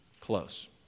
close